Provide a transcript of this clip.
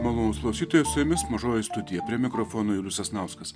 malonūs klausytojai su jumis mažoji studija prie mikrofono julius sasnauskas